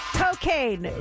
cocaine